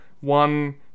one